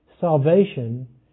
Salvation